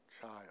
child